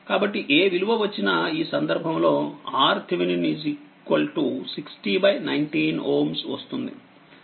కాబట్టిఏ విలువ వచ్చినాఈ సందర్భంలో RThevenin 6019Ω వస్తుంది